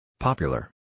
Popular